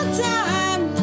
time